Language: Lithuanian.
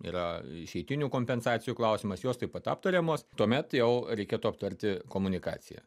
yra išeitinių kompensacijų klausimas jos taip pat aptariamos tuomet jau reikėtų aptarti komunikaciją